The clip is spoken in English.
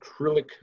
acrylic